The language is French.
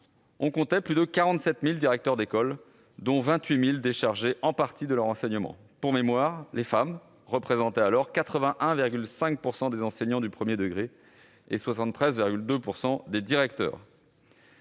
on comptait plus de 47 000 directeurs d'école, dont 28 000 déchargés en partie de leur enseignement. Pour mémoire, les femmes représentaient alors 81,5 % des enseignants du premier degré et 73,2 % des directeurs.